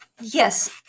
Yes